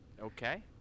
Okay